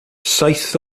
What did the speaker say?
saith